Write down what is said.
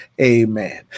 Amen